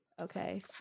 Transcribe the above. Okay